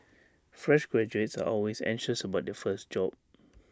fresh graduates are always anxious about their first job